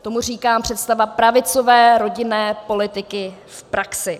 Tomu říkám představa pravicové rodinné politiky v praxi!